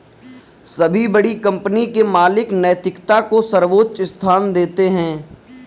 सभी बड़ी कंपनी के मालिक नैतिकता को सर्वोच्च स्थान देते हैं